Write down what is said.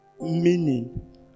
meaning